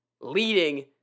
leading